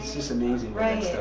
it's it's amazing. right.